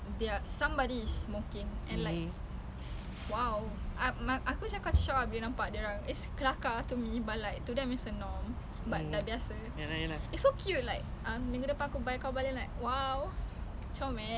ada yang kasi one dollar for one stick oh are you and your family bias very bias